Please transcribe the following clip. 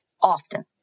often